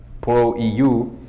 pro-EU